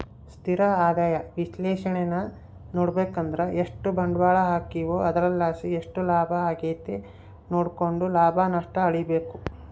ಸ್ಥಿರ ಆದಾಯ ವಿಶ್ಲೇಷಣೇನಾ ನೋಡುಬಕಂದ್ರ ಎಷ್ಟು ಬಂಡ್ವಾಳ ಹಾಕೀವೋ ಅದರ್ಲಾಸಿ ಎಷ್ಟು ಲಾಭ ಆಗೆತೆ ನೋಡ್ಕೆಂಡು ಲಾಭ ನಷ್ಟ ಅಳಿಬಕು